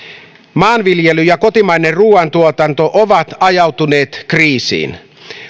maanviljely ja kotimainen ruoantuotanto ovat ajautuneet kriisiin